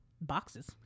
boxes